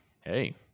Hey